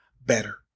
better